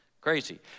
Crazy